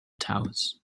taos